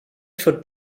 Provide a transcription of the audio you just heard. for